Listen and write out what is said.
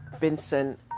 Vincent